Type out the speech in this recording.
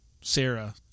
Sarah